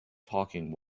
talking